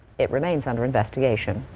it remains under investigation.